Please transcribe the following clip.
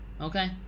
Okay